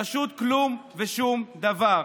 פשוט כלום ושום דבר.